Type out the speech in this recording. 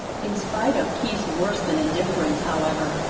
in spite of keith's worse than indifference, however,